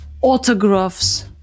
autographs